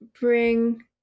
bring